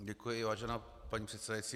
Děkuji, vážená paní předsedající.